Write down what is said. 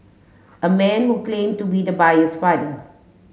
a man who claim to be the buyer's father